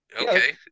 Okay